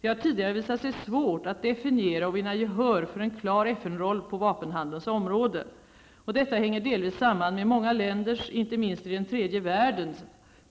Det har tidigare visat sig svårt att definiera och vinna gehör för en klar FN-roll på vapenhandelns område. Detta hänger delvis samman med många länders, inte minst i den tredje världen,